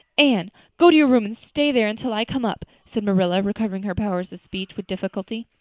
anne go to your room and stay there until i come up, said marilla, recovering her powers of speech with difficulty.